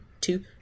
two